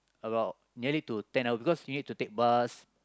about nearly to ten hours because you need to take bus